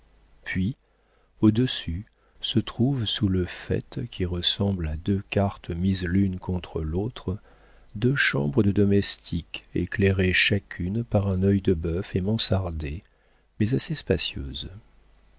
puis au-dessus se trouvent sous le faîte qui ressemble à deux cartes mises l'une contre l'autre deux chambres de domestique éclairées chacune par un œil de bœuf et mansardées mais assez spacieuses